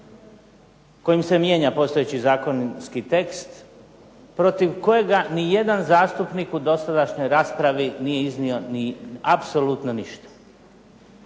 kojim se mijenja postojeći zakonski tekst protiv kojega ni jedan zastupnik u dosadašnjoj raspravi nije iznio ni apsolutno ništa.